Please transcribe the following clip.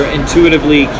intuitively